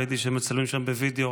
ראיתי שמצלמים שם בווידיאו.